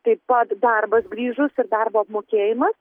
taip pat darbas grįžus ir darbo apmokėjimas